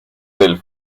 del